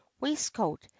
waistcoat